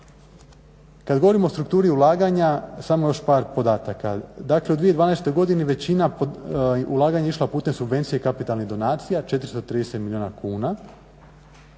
Kada govorimo o strukturi ulaganja, samo još par podataka, dakle u 2012.većina ulaganje je išla putem subvencije kapitalnih donacija 430 milijuna kuna,